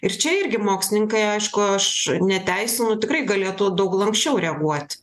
ir čia irgi mokslininkai aišku aš neteisinu tikrai galėtų daug lanksčiau reaguoti